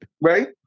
Right